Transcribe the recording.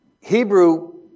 Hebrew